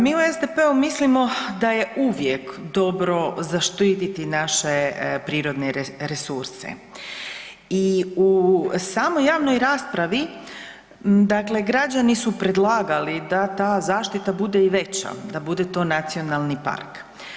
Mi u SDP-u mislimo da je uvijek dobro zaštiti naše prirodne resurse i u samoj javnoj raspravi dakle građani su predlagali da ta zaštita bude i veća da bude to nacionalni park.